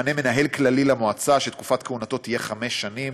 תמנה מנהל כללי למועצה שתקופת כהונתו תהיה חמש שנים,